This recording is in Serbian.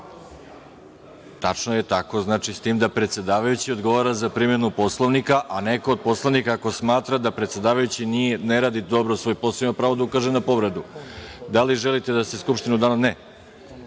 narodni poslanik, s tim što predsedavajući odgovara za primenu Poslovnika, a neko od poslanika ako smatra da predsedavajući ne radi dobro svoj posao ima pravo da ukaže na povredu. Da li želite da se Skupština u danu za